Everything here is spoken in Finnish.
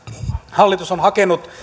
hallitus on hakenut